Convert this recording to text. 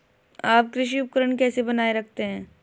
आप कृषि उपकरण कैसे बनाए रखते हैं?